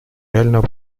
реального